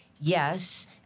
Yes